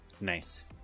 Nice